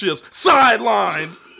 sidelined